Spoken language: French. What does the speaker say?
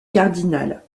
cardinal